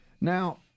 Now